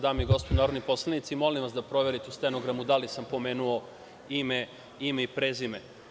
Dame i gospodo narodni poslanici, molim vas da proverite u stenogramu da li sam pomenuo ime i prezime.